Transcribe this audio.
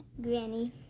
Granny